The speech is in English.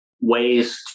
ways